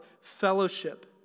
fellowship